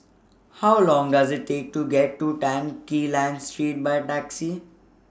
How Long Does IT Take to get to Tan Quee Lan Street By Taxi